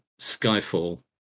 Skyfall